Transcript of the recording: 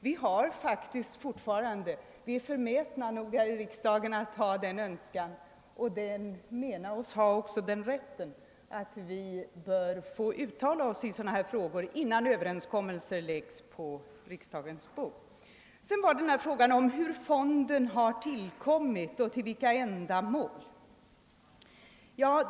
Vi är faktiskt förmätna nog här i riksdagen att hysa den önskan — och vi menar oss också ha den rätten — att vi skall få uttala oss i sådana här frågor innan överenskommelser läggs på riksdagens bord. Så har vi frågan om hur fonden har tillkommit och för vilka ändamål.